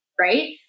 right